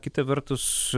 kita vertus